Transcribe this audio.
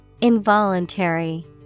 Involuntary